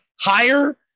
higher